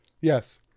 Yes